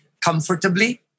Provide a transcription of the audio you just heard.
comfortably